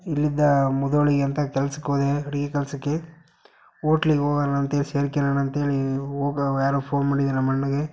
ಇಲ್ಲಿಂದ ಮುಧೋಳಿಗೆ ಅಂತ ಕೆಲ್ಸಕ್ಕೆ ಹೋದೆ ಅಡಿಗೆ ಕೆಲಸಕ್ಕೆ ಓಟ್ಲಿಗೆ ಹೋಗಣ ಅಂತ ಹೇಳ್ ಸೇರ್ಕಣನ ಅಂತ ಹೇಳಿ ಹೋಗೋ ಯಾರೋ ಫೋನ್ ಮಾಡಿದ್ರು ನಮ್ಮ ಅಣ್ಣಂಗೆ